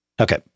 okay